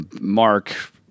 Mark